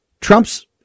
Trump's